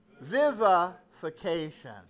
Vivification